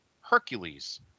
Hercules